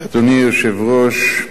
אדוני היושב-ראש,